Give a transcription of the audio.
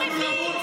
הוא מבין.